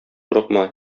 курыкма